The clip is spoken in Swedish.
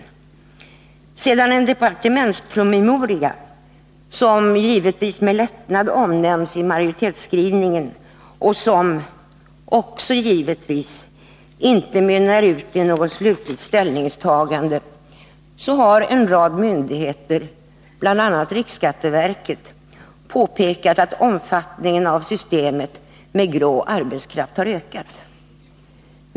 Sedan det kommit en departementspromemoria, som givetvis med lättnad omnämns i majoritetsskrivningen och som — också givetvis — inte mynnar ut i något slutligt ställningstagande, har en rad myndigheter, bl.a. riksskatteverket, påpekat att omfattningen av systemet med grå arbetskraft har ökat.